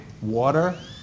water